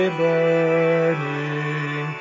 burning